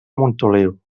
montoliu